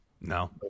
No